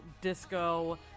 disco